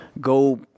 Go